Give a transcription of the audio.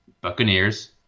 Buccaneers